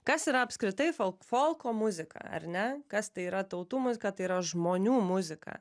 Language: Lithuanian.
kas yra apskritai falk folko muzika ar ne kas tai yra tautų muzika tai yra žmonių muzika